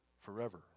forever